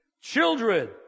children